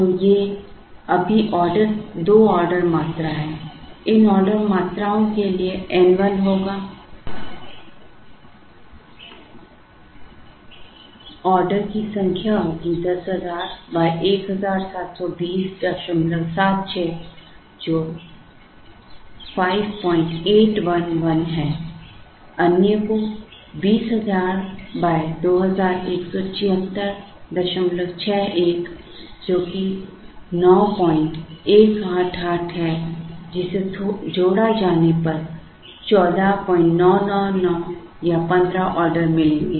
तो ये अभी 2 ऑर्डर मात्रा हैं इन ऑर्डर मात्राओं के लिए N 1 होगा ऑर्डर की संख्या होगी 10000 172076 जो 5811 है अन्य को 20000 217661 जो कि 9188 है जिसे जोड़ा जाने पर 14999 या 15 ऑर्डर मिलेंगे